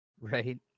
Right